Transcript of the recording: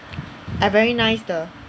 I very nice 的